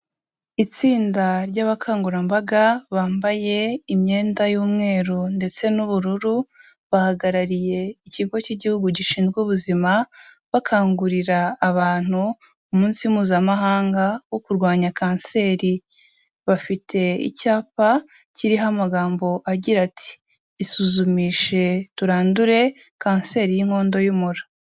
Itsinda ry'abakangurambaga, bambaye imyenda y'umweru ndetse n'ubururu, bahagarariye Ikigo cy'igihugu gishinzwe ubuzima, bakangurira abantu umunsi mpuzamahanga wo kurwanya Kanseri. Bafite icyapa kiriho amagambo agira ati: " Isuzumishe, turandure kanseri y'inkondo y'umura."